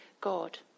God